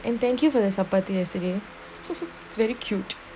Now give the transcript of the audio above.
and thank you for your support yesterday very cute